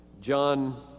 John